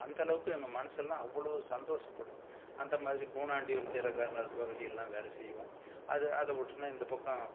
அந்த அளவுக்கு எங்கள் மனசெல்லாம் அவ்வளோ சந்தோஷப்படும் அந்தமாதிரி கூனாண்டியூர் கீரைகாரனுார் பகுதி எல்லாம் வேலை செய்வோம் அது அதை விட்டோனா இந்த பக்கம்